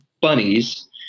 bunnies